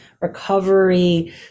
recovery